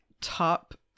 top